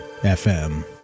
FM